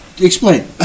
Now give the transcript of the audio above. Explain